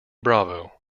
bravo